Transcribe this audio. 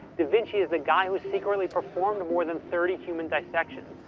da vinci is the guy who secretly performed more than thirty human dissections.